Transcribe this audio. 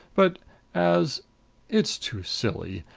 but as it's too silly!